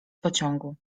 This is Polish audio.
pociągu